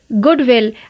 goodwill